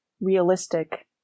realistic